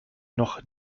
noch